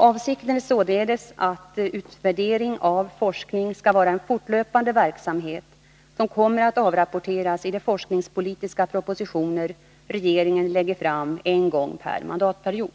Avsikten är således att utvärdering av forskning skall vara en fortlöpande verksamhet som kommer att avrapporteras i de forskningspolitiska propositioner regeringen lägger fram en gång per mandatperiod.